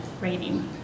rating